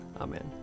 Amen